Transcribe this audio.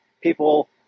People